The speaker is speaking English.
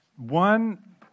One